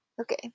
okay